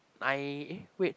nine eh wait